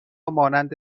مانند